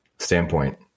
Standpoint